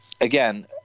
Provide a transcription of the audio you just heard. again